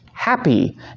Happy